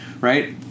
Right